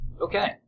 Okay